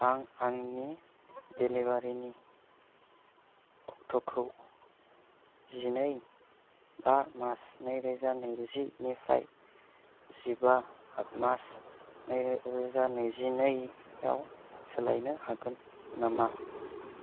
आं आंनि डेलिबारिनि अक्ट'खौ जिनै बा मास नैरोजा नैजिनिफ्राय जिबा आड मास नैरोजा नैजिनैआव सोलायनो हागोन नामा